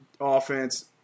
offense